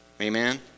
Amen